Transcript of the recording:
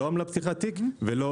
לא עמלת פתיחת תיק ולא